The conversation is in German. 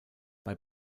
bei